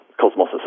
Cosmos